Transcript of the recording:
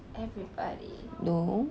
everybody